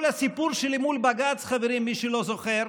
כל הסיפור שלי מול בג"ץ, חברים, מי שלא זוכר,